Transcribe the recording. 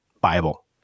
Bible